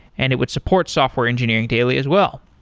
and it would support software engineering daily as well.